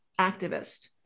activist